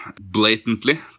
blatantly